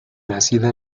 nacida